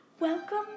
Welcome